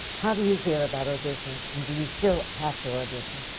how do you feel about auditioning, and do you still have to audition?